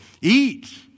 eat